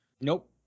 Nope